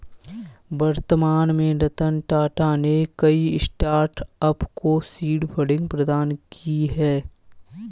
वर्तमान में रतन टाटा ने कई स्टार्टअप को सीड फंडिंग प्रदान की है